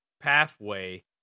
Pathway